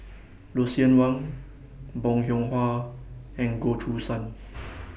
Lucien Wang Bong Hiong Hwa and Goh Choo San